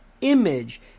image